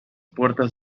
puertas